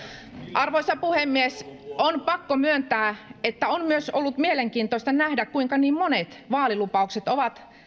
arvoisa puhemies on pakko myöntää että on ollut myös mielenkiintoista nähdä kuinka niin monet vaalilupaukset ovat